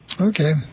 Okay